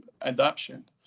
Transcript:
adoption